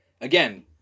again